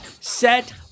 Set